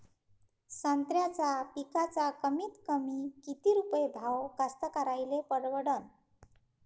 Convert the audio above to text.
संत्र्याचा पिकाचा कमीतकमी किती रुपये भाव कास्तकाराइले परवडन?